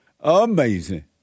Amazing